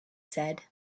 said